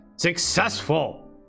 successful